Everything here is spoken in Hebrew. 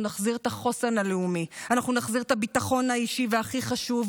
אנחנו נחזיר את הכבוד האישי של אזרחי ישראל,